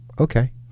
Okay